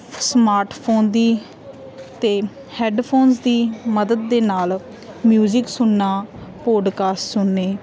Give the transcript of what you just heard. smart phone ਦੀ ਅਤੇ headphones ਦੀ ਮਦਦ ਦੇ ਨਾਲ ਮਿਊਜ਼ਿਕ ਸੁਣਨਾ ਪੋਡਕਾਸਟ ਸੁਣਨੇ